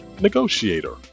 Negotiator